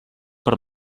per